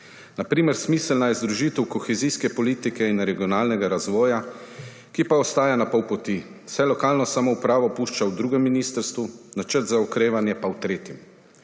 Na primer, smiselna je združitev kohezijske politike in regionalnega razvoja, ki pa ostaja na pol poti, saj lokalno samoupravo pušča v drugem ministrstvu, načrt za okrevanje pa v tretjem.